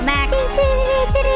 Mac